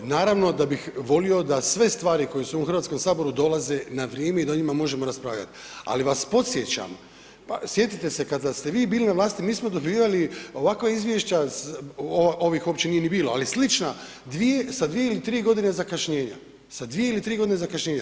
Naravno da bih volio da sve stvari koje su u ovom Hrvatskom saboru dolaze na vrijeme i da o njima možemo raspravljati, ali vas podsjećam, sjetite se kada ste vi bili na vlasti mi smo dobivali ovakva izvješća, ovih opće nije ni bilo, ali slična dvije, sa dvije ili tri godine zakašnjenja, sa dvije ili tri godine zakašnjenja.